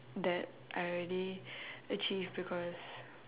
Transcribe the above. that I already achieve because